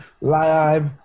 live